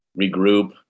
regroup